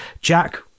Jack